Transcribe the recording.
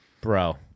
Bro